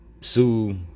sue